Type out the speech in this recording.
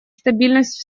стабильность